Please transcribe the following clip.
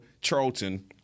Charlton